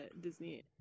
Disney